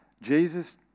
Jesus